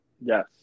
Yes